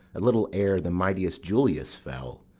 a little ere the mightiest julius fell,